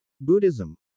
Buddhism